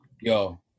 yo